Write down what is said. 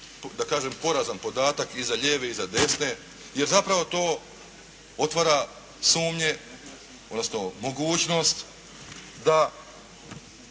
jednako porazan podatak i za lijeve i za desne jer zapravo to otvara sumnje, odnosno mogućnost da